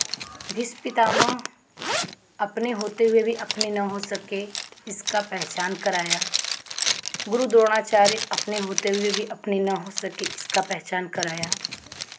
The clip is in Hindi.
भीष्म पितामह अपने होते हुए भी अपने नहीं हो सके इसका पहचान कराया गुरु द्रोणाचार्य अपने होते हुए भी अपने ना हो सके इसका पहचान कराया